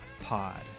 pod